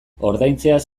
ordaintzeaz